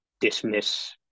dismiss